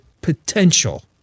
potential